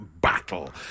battle